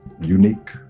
unique